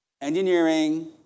Engineering